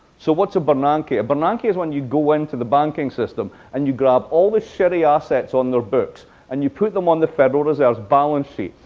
so what's a bernanke? a a bernanke is when you go into the banking system and you grab the shitty assets on their books and you put them on the federal reserve's balance sheet.